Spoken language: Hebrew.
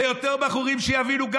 ליותר בחורים שיבינו,